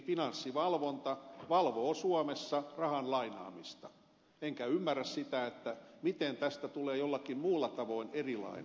finanssivalvonta valvoo suomessa rahan lainaamista enkä ymmärrä sitä miten tästä tulee jollakin muulla tavoin erilainen